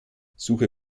suche